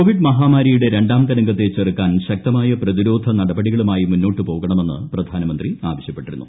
Covid മഷ്ടാമീർിയുടെ രണ്ടാം തരംഗത്തെ ചെറുക്കാൻ ശക്തമായ പ്രതിർഹ്ധ നടപടികളുമായി മുന്നോട്ട് പോകണമെന്ന് പ്രധാനമന്ത്രി ആവശ്യപ്പെട്ടിരുന്നു